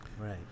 Right